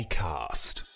cast